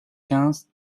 quinze